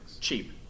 Cheap